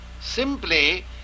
Simply